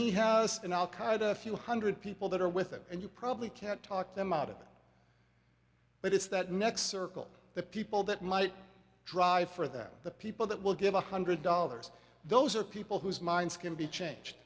he has an al qaida a few hundred people that are with him and you probably can't talk them out of it but it's that next circle the people that might drive for them the people that will give a hundred dollars those are people whose minds can be changed